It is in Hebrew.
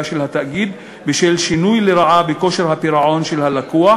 של התאגיד בשל שינוי לרעה בכושר הפירעון של הלקוח,